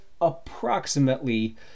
approximately